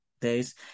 days